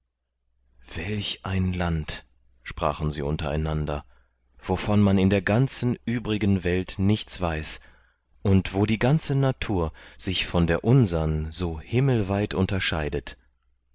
welch ein land sprachen sie unter einander wovon man in der ganzen übrigen welt nichts weiß und wo die ganze natur sich von der unsern so himmelweit unterscheidet